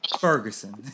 Ferguson